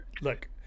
look